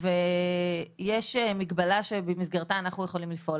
ויש מגבלה שבמסגרתה אנחנו יכולים לפעול.